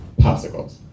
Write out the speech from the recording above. popsicles